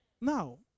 Now